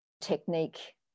technique